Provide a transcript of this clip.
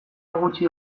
gutxi